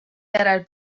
järel